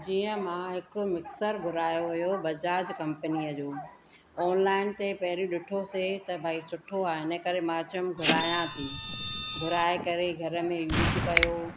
जीअं मां हिकु मिक्सर घुरायो हुयो बजाज कंपनीअ जो ऑनलाइन ते पहिरियों ॾिठोसि त भाई सुठो आहे इन करे मां चयोमि घुरायां थी घुराए करे घर में यूज कयो